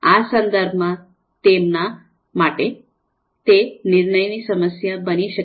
આ સંદર્ભ માં તેમના માટે તે નિર્ણયની સમસ્યા બની શકે છે